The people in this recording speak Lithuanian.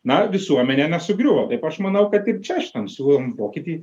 na visuomenė nesugriuvo aš manau kad ir čia šitam siūlomam pokyty